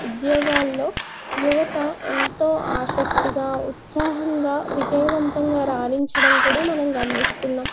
ఉద్యోగాలలో యువత ఎంతో ఆసక్తిగా ఉత్సాహంగా విజయవంతంగా రాణించడం కూడా మనం గమనిస్తున్నాం